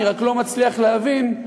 רק לא מצליח להבין,